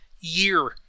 year